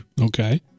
Okay